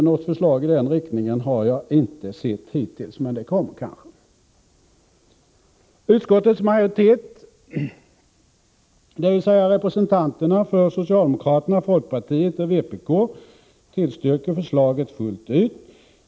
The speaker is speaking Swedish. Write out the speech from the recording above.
Något förslag i den riktningen har jag dock inte sett hittills, men det kanske kommer. partiet och vpk, tillstyrker förslaget fullt ut.